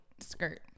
skirt